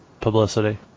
publicity